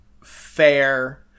fair